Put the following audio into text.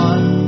One